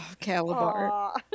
calabar